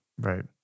Right